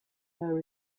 her